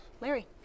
Larry